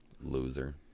Loser